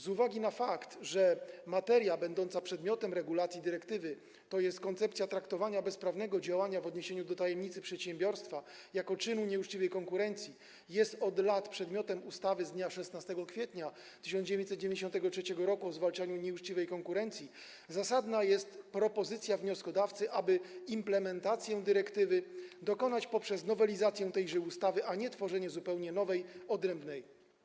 Z uwagi na fakt, że materia będąca przedmiotem regulacji dyrektywy, tj. koncepcja traktowania bezprawnego działania w odniesieniu do tajemnicy przedsiębiorstwa jako czynu nieuczciwej konkurencji, jest od lat przedmiotem ustawy z dnia 16 kwietnia 1993 r. o zwalczaniu nieuczciwej konkurencji, zasadna jest propozycja wnioskodawcy, aby implementacji dyrektywy dokonać poprzez nowelizację tejże ustawy, a nie tworzenie zupełnie nowej, odrębnej.